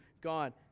God